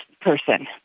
person